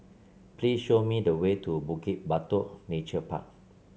please show me the way to Bukit Batok Nature Park